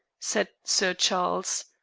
said sir charles.